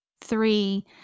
three